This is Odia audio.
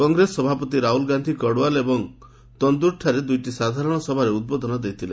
କଂଗ୍ରେସ ସଭାପତି ରାହୁଳ ଗାନ୍ଧୀ ଗଡ଼ୱାଲ ଏବଂ ତନ୍ଦୁରଠାରେ ଦୁଇଟି ସାଧାରଣସଭାରେ ଉଦ୍ବୋଧନ ଦେଇଥିଲେ